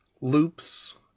loops